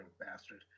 bastard